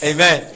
Amen